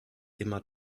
immer